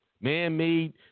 man-made